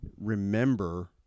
remember